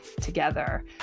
together